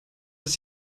ist